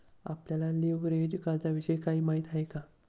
आपल्याला लिव्हरेज कर्जाविषयी काही माहिती आहे का?